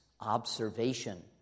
observation